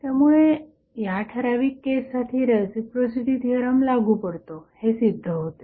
त्यामुळे या ठराविक केससाठी रेसिप्रोसिटी थिअरम लागू पडतो हे सिद्ध होते